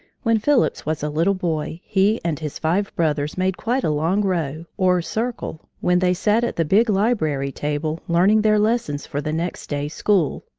when phillips was a little boy, he and his five brothers made quite a long row, or circle, when they sat at the big library table learning their lessons for the next day's school,